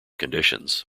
conditions